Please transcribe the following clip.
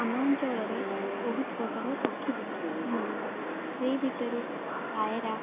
ଆମ ଅଞ୍ଚଳରେ ବହୁତ ପ୍ରକାର ପକ୍ଷୀ ଦେଖିବାକୁ ମିଳେ ସେଇ ଭିତରୁ ପାଏରା